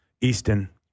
Easton